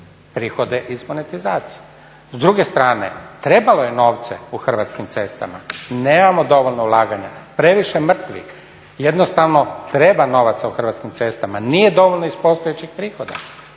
prihode iz monetizacije. S druge strane, trebalo je novce u Hrvatskim cestama, nemamo dovoljno ulaganja, previše mrtvih. Jednostavno treba novaca u Hrvatskim cestama, nije dovoljno iz postojećih prihoda